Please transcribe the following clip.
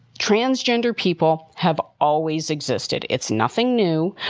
transgender people have always existed. it's nothing new.